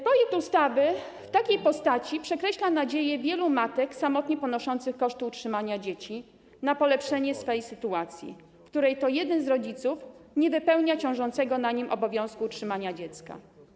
Projekt ustawy w takiej postaci przekreśla nadzieję wielu matek samotnie ponoszących koszty utrzymania dzieci na polepszenie ich sytuacji, w której jeden z rodziców nie wypełnia ciążącego na nim obowiązku utrzymania dziecka.